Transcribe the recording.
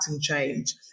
change